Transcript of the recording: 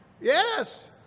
Yes